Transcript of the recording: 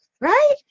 right